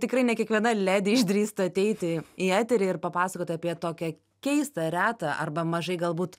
tikrai ne kiekviena ledi išdrįstų ateiti į eterį ir papasakoti apie tokią keistą retą arba mažai galbūt